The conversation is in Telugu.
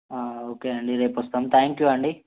ఓకే అండి రేపు వస్తాం త్యాంక్ యూ అండి